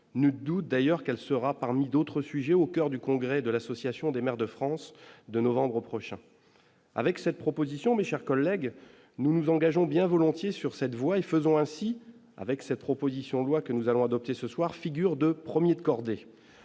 ne doute d'ailleurs qu'elle sera parmi d'autres sujets au coeur du congrès de l'Association des maires de France de novembre prochain, avec cette proposition, mes chers collègues, nous nous engageons bien volontiers sur cette voie et faisant ainsi, avec cette proposition de loi que nous avons adopté ce soir figure de 1er de cordée,